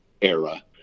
era